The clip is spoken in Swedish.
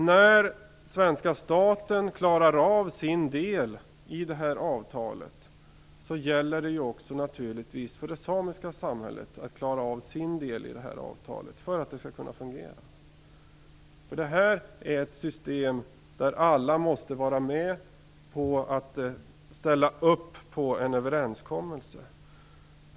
När svenska staten klarar av sin del i avtalet gäller det naturligtvis också för det samiska samhället att klara av sin del, för att det skall kunna fungera. Det här är ett system där alla måste vara med och ställa upp på en överenskommelse.